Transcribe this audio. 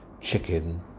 chicken